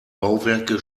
bauwerke